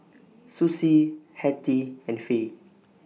Sussie Hattie and Fay